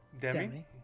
Demi